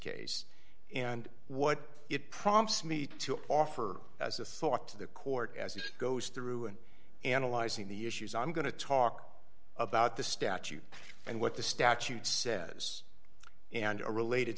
case and what it prompts me to offer as a thought to the court as it goes through and analyzing the issues i'm going to talk about the statute and what the statute says and a related